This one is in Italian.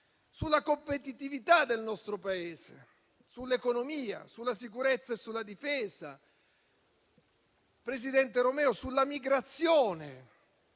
sulla competitività del nostro Paese, sull'economia, sulla sicurezza e sulla difesa, sulla migrazione,